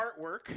artwork